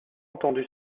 entendu